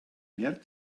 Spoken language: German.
merkt